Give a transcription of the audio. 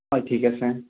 অঁ ঠিক আছে